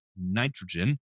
nitrogen